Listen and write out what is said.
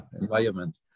environment